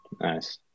Nice